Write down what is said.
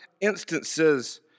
instances